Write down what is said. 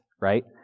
right